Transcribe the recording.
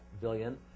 billion